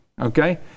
okay